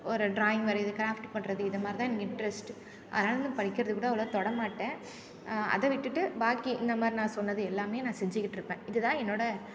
ஒரு ட்ராயிங் வரையுறது கிராஃப்ட் பண்ணுறது இதைமாதிரிதான் எனக்கு இன்ட்ரெஸ்ட் அதனால் நான் படிக்கிறதை கூட அவ்வளோவா தொடமாட்டேன் அதை விட்டுட்டு பாக்கி இந்தமாதிரி நான் சொன்னது எல்லாமே நான் செஞ்சிக்கிட்ருப்பேன் இதுதான் என்னோடய